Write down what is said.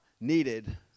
needed